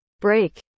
Break